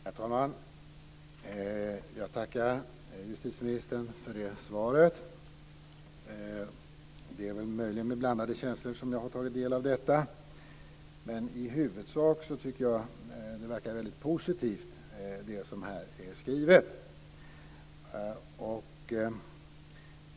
Herr talman! Jag tackar justitieministern för det svaret. Det är väl möjligen med blandade känslor som jag har tagit del av detta, men i huvudsak tycker jag att det som här är skrivet verkar väldigt positivt.